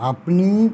আপনি